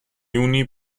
juni